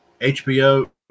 HBO